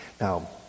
Now